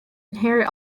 inherit